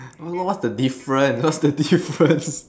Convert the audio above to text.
what's the difference what's the difference